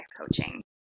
coaching